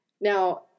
Now